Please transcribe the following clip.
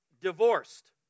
divorced